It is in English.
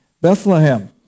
Bethlehem